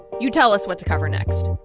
you tell us what to cover next